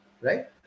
Right